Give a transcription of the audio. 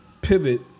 pivot